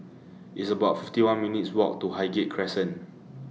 It's about fifty one minutes' Walk to Highgate Crescent